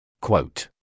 Quote